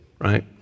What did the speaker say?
right